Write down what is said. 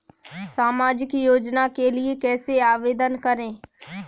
सामाजिक योजना के लिए कैसे आवेदन करें?